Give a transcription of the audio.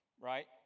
right